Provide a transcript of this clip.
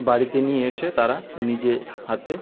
বাড়িতে নিয়ে এসে তারা নিজে হাতে